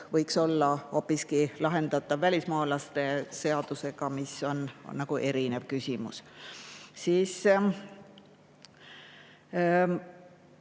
võiks olla hoopiski lahendatav välismaalaste seadusega, mis on teine küsimus.